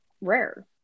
rare